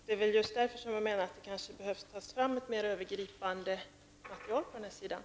Det är därför som jag menar att det behöver tas fram ett mer övergripande material på området.